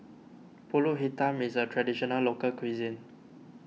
Pulut Hitam is a Traditional Local Cuisine